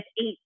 eight